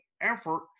effort